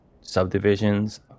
subdivisions